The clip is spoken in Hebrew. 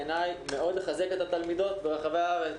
בעיניי אנחנו צריכים מאוד לחזק את התלמידות והתלמידים ברחבי הארץ,